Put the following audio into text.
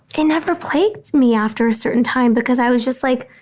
it never plagued me after a certain time, because i was just like,